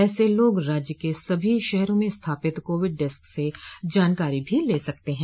ऐसे लोग राज्य के सभी शहरों में स्थापित कोविड डेस्क से जानकारी भी ले सकते हैं